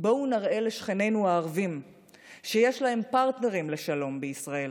בואו נראה לשכנינו הערבים שיש להם פרטנרים לשלום בישראל,